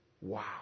Wow